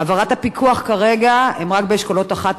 העברת הפיקוח כרגע, רק באשכולות 1 3,